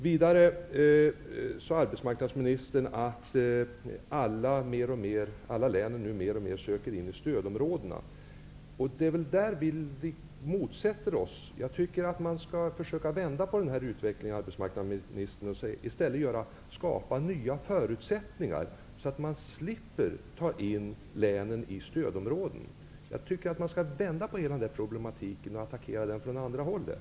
Vidare sade arbetsmarknadsministern att alla län mer och mer nu vill in i stödområdena. Vi motsätter oss detta. Jag tycker att man skall försöka vända på den utvecklingen och i stället skapa nya förutsättningar så att man slipper ta in länen i stödområden. Jag tycker att man skall vända på problemet och attackera det från andra hållet.